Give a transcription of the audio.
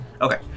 Okay